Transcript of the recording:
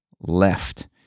left